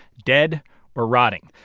dead or rotting.